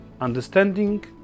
understanding